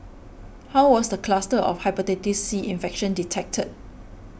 how was the cluster of Hepatitis C infection detected